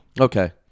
Okay